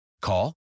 Call